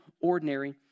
ordinary